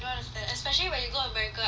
especially when you go america I feel like